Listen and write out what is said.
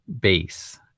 base